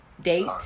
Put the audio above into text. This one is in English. date